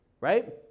right